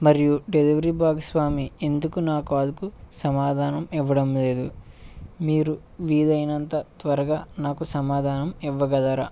మరియు డెలివరీ భాగస్వామి ఎందుకు నా కాల్కి సమాధానం ఇవ్వడం లేదు మీరు వీలు అయినంత త్వరగా నాకు సమాధానం ఇవ్వగలరా